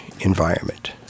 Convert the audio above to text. environment